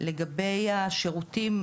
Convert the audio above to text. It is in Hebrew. לגבי השירותים,